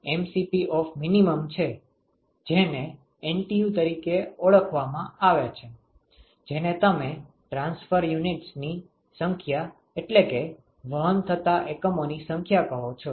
તેથી તે UAmin છે જેને NTU તરીકે ઓળખવામાં આવે છે જેને તમે 'ટ્રાન્સફર યુનિટ્સની સંખ્યા' એટલે કે 'વહન થતા એકમોની સંખ્યા' કહો છો